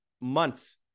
months